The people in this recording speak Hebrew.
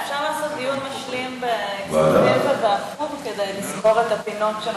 אפשר לעשות דיון משלים בכספים ובחוץ וביטחון כדי לסגור את הפינות,